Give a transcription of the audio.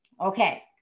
Okay